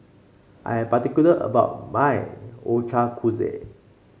I'm particular about my Ochazuke